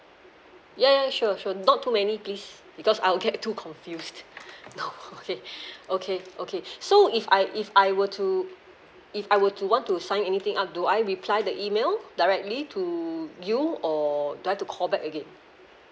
ya ya sure sure not too many please because I'll get too confused no more okay okay okay so if I if I were to if I were to want to sign anything up do I reply the email directly to you or do I have to call back again